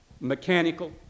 mechanical